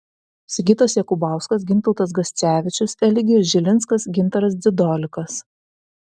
sigitas jakubauskas gintautas gascevičius eligijus žilinskas gintaras dzidolikas